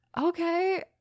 okay